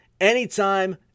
anytime